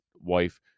wife